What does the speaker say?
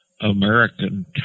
American